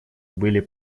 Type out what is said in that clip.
были